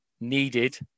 needed